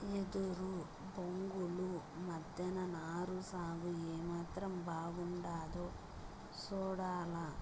ఎదురు బొంగుల మద్దెన నారు సాగు ఏమాత్రం బాగుండాదో సూడాల